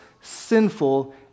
sinful